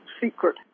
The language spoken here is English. secret